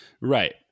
Right